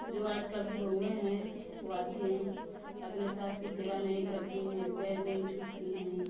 जो आज कल की बहूएँ हैं वह आती हैं अपने सास की सेवा नहीं करती हैं पैर नहीं छूती हैं